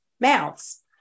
mouths